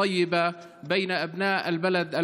החברתי ועל הקשרים הטובים בין בני המקום.